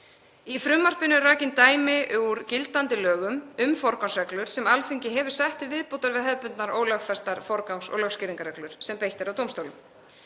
Í frumvarpinu eru rakin dæmi úr gildandi lögum um forgangsreglur sem Alþingi hefur sett til viðbótar við hefðbundnar ólögfestar forgangs- og lögskýringarreglur sem beitt er af dómstólum.